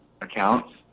accounts